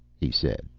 he said,